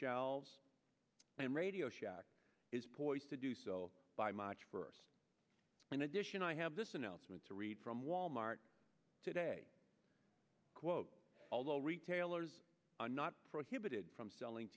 shelves and radio shack is poised to do so by march first in addition i have this announcement to read from wal mart today quote although retailers are not prohibited from selling